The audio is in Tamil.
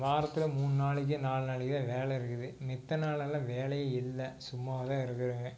வாரத்தில் மூணு நாளைக்கோ நாலு நாளைக்கோ வேலை இருக்குது மத்த நாளெல்லாம் வேலையே இல்லை சும்மா தான் இருக்கிறேங்க